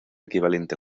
equivalente